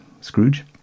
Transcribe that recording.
Scrooge